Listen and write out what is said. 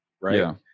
right